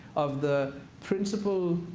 of the principle